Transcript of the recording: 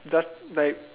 just like